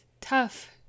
tough